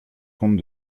compte